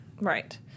Right